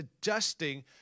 adjusting